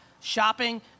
Shopping